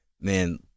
man